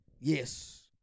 Yes